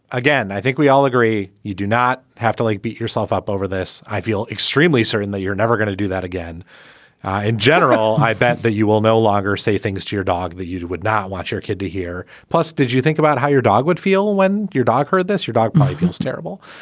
again, i think we all agree. you do not have to, like, beat yourself up over this. i feel extremely certain that you're never gonna do that again in general. i bet that you will no longer say things to your dog that you would not want your kid to hear. plus, did you think about how your dog would feel when your dog heard this? your dog might feel terrible,